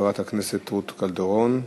חברת הכנסת רות קלדרון.